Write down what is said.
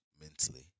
mentally